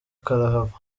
karahava